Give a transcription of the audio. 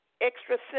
extra